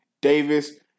Davis